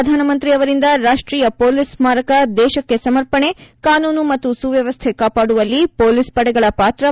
ಪ್ರಧಾನಮಂತ್ರಿ ಅವರಿಂದ ರಾಷ್ಷೀಯ ಪೊಲೀಸ್ ಸ್ನಾರಕ ದೇಶಕ್ಕೆ ಸರ್ಮಪಣೆ ಕಾನೂನು ಮತ್ತು ಸುವವ್ಲಸ್ನೆ ಕಾಪಾಡುವಲ್ಲಿ ಪೊಲೀಸ್ ಪಡೆಗಳ ಪಾತ್ರ ಪ್ರಶಂಸೆ